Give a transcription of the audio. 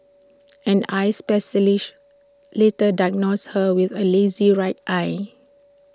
an eye specialist later diagnosed her with A lazy right eye